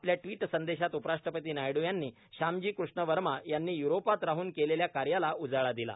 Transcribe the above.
आपल्या ट्वीट संदेशात उपराष्ट्रपती नायडू यांनी श्यामजी कृष्ण वर्मा यांनी य्रोपात राहन केलेल्या कार्याला उजाळा दिला